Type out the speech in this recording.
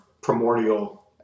primordial